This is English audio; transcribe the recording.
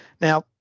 Now